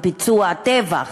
מביצוע טבח.